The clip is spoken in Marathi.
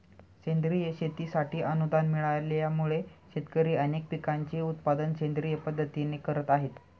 सेंद्रिय शेतीसाठी अनुदान मिळाल्यामुळे, शेतकरी अनेक पिकांचे उत्पादन सेंद्रिय पद्धतीने करत आहेत